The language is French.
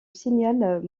signal